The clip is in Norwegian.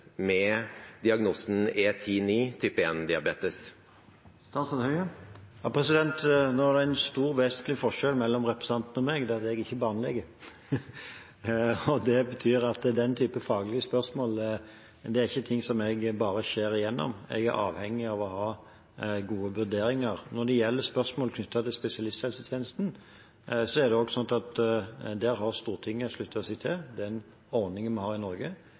med diagnosen E10.9, type 1-diabetes? Det er en stor og vesentlig forskjell mellom representanten Frøisland og meg, nemlig at jeg ikke er barnelege. Det betyr at den typen faglige spørsmål ikke er ting som jeg bare kan skjære gjennom på. Jeg er avhengig av å ha gode vurderinger. Når det gjelder spørsmål knyttet til spesialisthelsetjenesten, har Stortinget sluttet seg til den ordningen vi har i Norge,